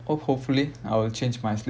ho~ hopefully I will change my sleeping pattern